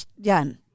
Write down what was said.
done